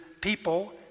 people